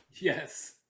Yes